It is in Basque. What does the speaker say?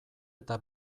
eta